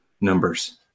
numbers